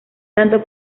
tanto